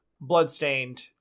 Bloodstained